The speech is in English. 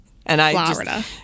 Florida